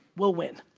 will win.